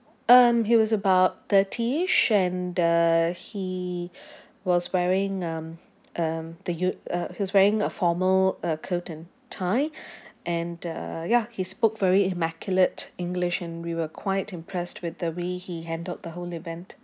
um he was about thirtyish and uh he was wearing um um the u~ uh he's wearing a formal uh coat and tie and uh ya he spoke very immaculate english and we were quite impressed with the way he handled the whole event